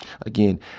Again